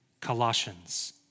Colossians